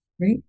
Right